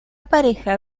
pareja